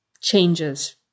changes